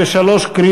הסתייגות מס' 3 לא